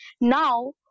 Now